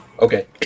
okay